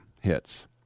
hits